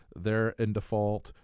they're in default,